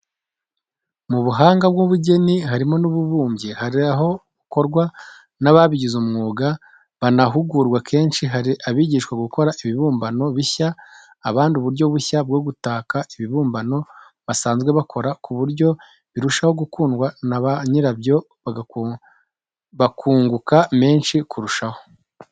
Mu buhanga bw' ubugeni harimo n' ububumbyi; hari aho bukorwa n' ababigize umwuga, banahugurwa kenshi, hari abigishwa gukora ibibumbano bishya, abandi uburyo bushya bwo gutaka, ibibumbano basanzwe bakora ku buryo birushaho gukundwa na ba nyirabyo bakunguka menshi kurushaho.